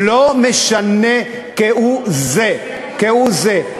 לא משנה כהוא זה, כהוא זה.